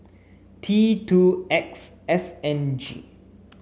T two X S N G